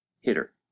hitter